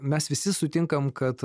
mes visi sutinkam kad